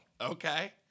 Okay